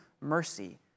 mercy